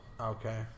Okay